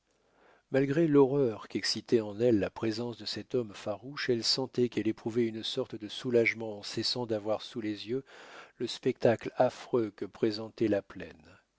malgré l'horreur qu'excitait en elle la présence de cet homme farouche elle sentait qu'elle éprouvait une sorte de soulagement en cessant d'avoir sous les yeux le spectacle affreux que présentait la plaine